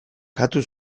katu